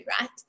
right